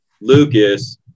Lucas